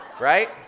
right